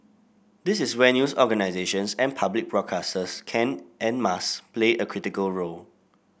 this is where news organisations and public broadcasters can and must play a critical role